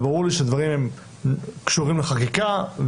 ברור לי שהדברים קשורים לחקיקה,